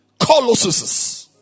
Colossuses